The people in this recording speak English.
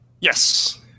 Yes